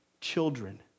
children